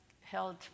held